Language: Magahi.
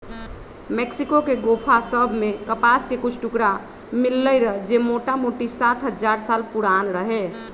मेक्सिको के गोफा सभ में कपास के कुछ टुकरा मिललइ र जे मोटामोटी सात हजार साल पुरान रहै